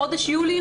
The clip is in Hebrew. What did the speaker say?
חודש יולי,